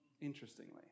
interestingly